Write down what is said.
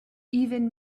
even